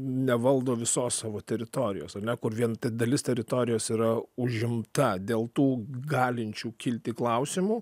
nevaldo visos savo teritorijos ar ne kur vien dalis teritorijos yra užimta dėl tų galinčių kilti klausimų